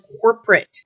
corporate